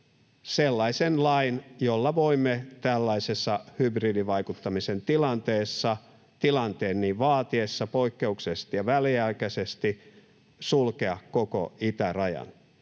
sellaisen lain, jolla voimme tällaisessa hybridivaikuttamisen tilanteessa, tilanteen niin vaatiessa poikkeuksellisesti ja väliaikaisesti sulkea koko itärajan.